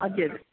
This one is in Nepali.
हजुर